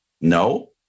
No